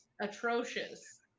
atrocious